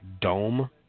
dome